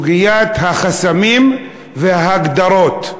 סוגיית החסמים וההגדרות.